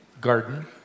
garden